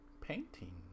painting